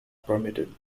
permitted